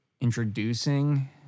introducing